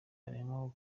harimo